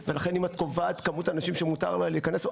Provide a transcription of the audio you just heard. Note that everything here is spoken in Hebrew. ולכן אם את קובעת כמות האנשים שמותר להם להיכנס,